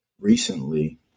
recently